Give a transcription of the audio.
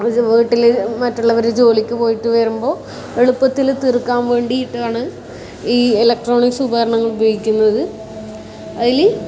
അത് വീട്ടിൽ മറ്റുള്ളവർ ജോലിക്ക് പോയിട്ട് വരുമ്പോൾ എളുപ്പത്തിൽ തീർക്കാൻ വേണ്ടിയിട്ടാണ് ഈ ഇലക്ട്രോണിക്സ് ഉപകരണങ്ങൾ ഉപയോഗിക്കുന്നത് അതിൽ